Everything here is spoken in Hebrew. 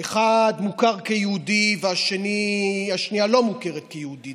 אחד מוכר כיהודי והשנייה לא מוכרת כיהודייה,